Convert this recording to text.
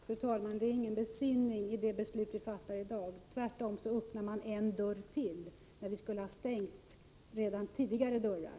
Fru talman! Det är ingen besinning i det beslut som kommer att fattas i dag. Tvärtom öppnar man genom det beslutet en dörr till, när vi i stället borde ha stängt tidigare öppnade dörrar.